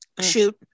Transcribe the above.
shoot